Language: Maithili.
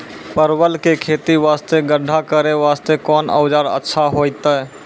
परवल के खेती वास्ते गड्ढा करे वास्ते कोंन औजार अच्छा होइतै?